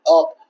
up